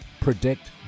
Predict